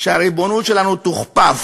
שהריבונות שלנו תוכפף,